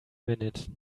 minute